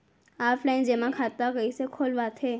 Offline जेमा खाता कइसे खोलवाथे?